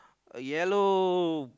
a yellow